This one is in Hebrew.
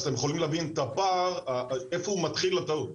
אז אתם יכולים להבין את הפער איפה מתחילה הטעות.